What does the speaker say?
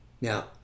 Now